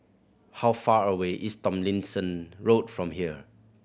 how far away is Tomlinson Road from here